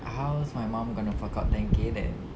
how's my mum gonna fork out ten K then